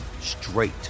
straight